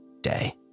day